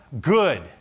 good